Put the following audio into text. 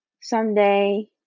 someday